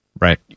Right